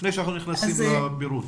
לפני שאנחנו נכנסים לפירוט.